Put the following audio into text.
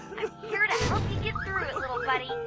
i'm here to help you get through it, little buddy.